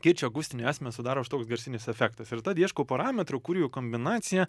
kirčo akustinį esmę sudaro šitoks garsinis efektas ir tad ieškau parametrų kurių kombinacija